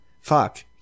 Fuck